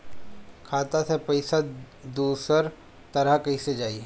खाता से पैसा दूसर जगह कईसे जाई?